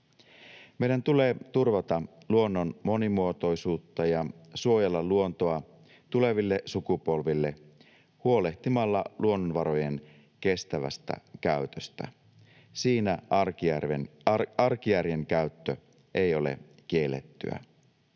Meidän tulee turvata luonnon monimuotoisuutta ja suojella luontoa tuleville sukupolville huolehtimalla luonnonvarojen kestävästä käytöstä. Siinä arkijärjen käyttö ei ole kiellettyä.